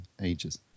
ages